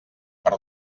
per